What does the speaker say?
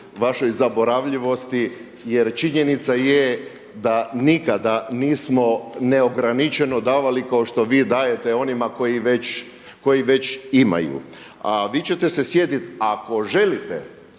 vašoj zaboravljivosti, jer činjenica je da nikada nismo neograničeno davali kao što vi dajete onima koji već imaju. A vi ćete se sjetiti ako želite